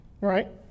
right